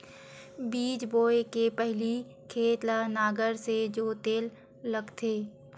बीज बोय के पहिली खेत ल नांगर से जोतेल लगथे?